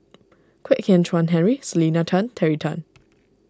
Kwek Hian Chuan Henry Selena Tan Terry Tan